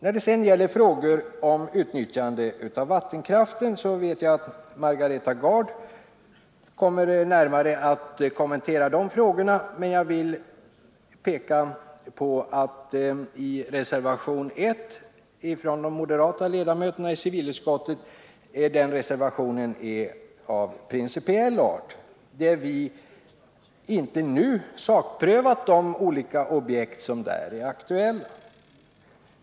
När det sedan gäller frågorna om utnyttjandet av vattenkraften vet jag att Margareta Gard kommer att närmare kommentera dem, men jag vill peka på att reservation 1 från de moderata ledamöterna i civilutskottet är av principiell art. Vi har inte nu sakprövat de olika objekt som där är aktuella.